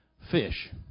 fish